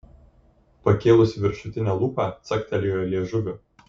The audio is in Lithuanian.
pakėlusi viršutinę lūpą caktelėjo liežuviu